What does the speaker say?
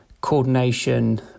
coordination